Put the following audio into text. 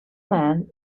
men